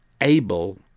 able